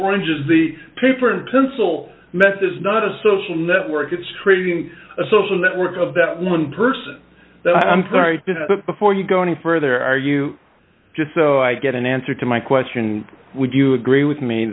oranges the paper and pencil mess is not a social network it's creating a social network of that one person that i'm sorry but before you go any further are you just so i get an answer to my question would you agree with me